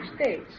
states